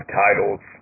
titles